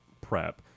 PrEP